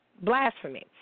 Blasphemy